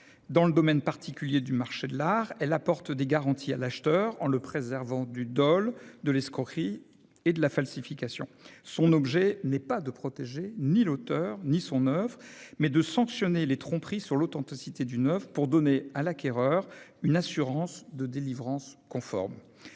Dans le domaine particulier du marché de l'art, elle apporte des garanties à l'acheteur en le préservant du dol, de l'escroquerie et de la falsification. Son objet n'est pas de protéger l'auteur ni son oeuvre, mais de sanctionner les tromperies sur l'authenticité d'une oeuvre pour donner à l'acquéreur une assurance de délivrance conforme.